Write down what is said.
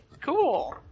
cool